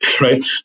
right